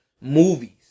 movies